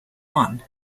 won